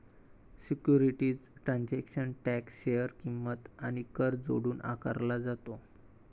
securities transaction tax share किंमत आणि कर जोडून आकारला जातो